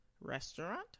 Restaurant